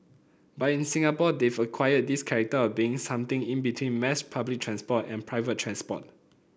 but in Singapore they've acquired this character of being something in between mass public transport and private transport